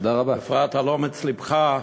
בפרט על אומץ לבך.